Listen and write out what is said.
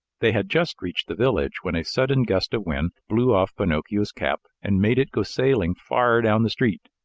they had just reached the village, when a sudden gust of wind blew off pinocchio's cap and made it go sailing far down the street.